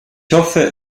hoffe